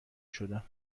شدم